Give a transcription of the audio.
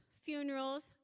funerals